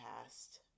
past